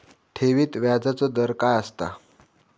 ठेवीत व्याजचो दर काय असता?